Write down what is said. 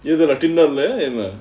இதுலாம்:ithulaam Tinder லய என்ன:laya enna